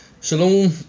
Shalom